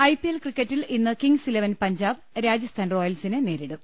IPL ക്രിക്കറ്റിൽ ഇന്ന് Kings Eleven Punjab Rajasthan റോയൽസിനെ നേരിടും